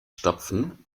stopfen